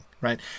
right